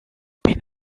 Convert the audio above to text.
been